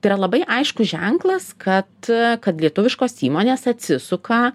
tai yra labai aiškus ženklas kad kad lietuviškos įmonės atsisuka